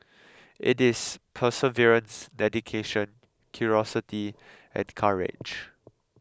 it is perseverance dedication curiosity and courage